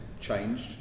changed